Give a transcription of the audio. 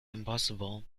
impossible